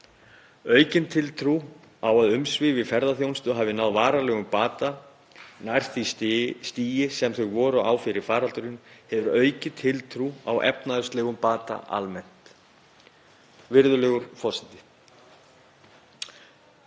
Aukin tiltrú á að umsvif í ferðaþjónustu hafi náð varanlegum bata og nær því stigi sem þau voru fyrir faraldurinn hefur aukið tiltrú á efnahagslegum bata almennt. Virðulegur forseti.